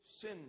sin